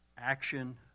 Action